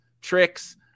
tricks